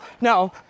no